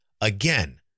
again